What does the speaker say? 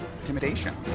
intimidation